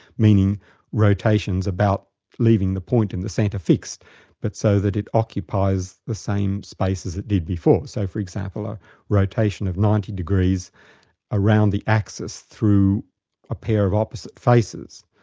meaning rotations about leaving the point of and the centre fixed but so that it occupies the same space as it did before. so for example, a rotation of ninety degrees around the axis through a pair of opposite faces.